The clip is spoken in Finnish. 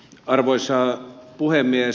arvoisa puhemies